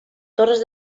torres